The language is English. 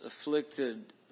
afflicted